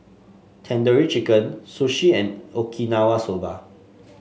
Tandoori Chicken Sushi and Okinawa Soba